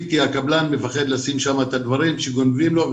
כי הקבלן פוחד לשים שם את הדברים שלו מאחר וגונבים לו,